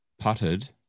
putted